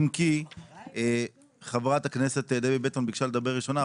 אם כי חברת הכנסת דבי ביטון ביקשה לדבר ראשונה,